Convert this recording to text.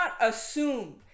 assume